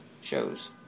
shows